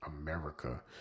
America